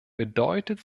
bedeutet